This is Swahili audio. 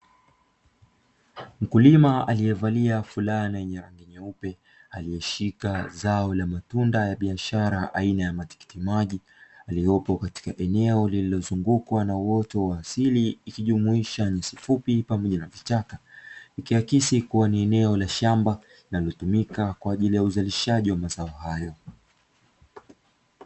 Mkulima aliyevalia fulana yenye rangi nyeupe, alieshika zao la matunda ya biashara aina ya matikitimaji aliyepo katika eneo lililozungukwa na uoto wa asili, ikijumuisha nyasi fupi pamoja na vichaka, ikiakisi kuwa ni eneo la shamba, linalotumika kwa ajili ya uzalishaji wa mazao hayo.